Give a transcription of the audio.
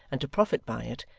and to profit by it,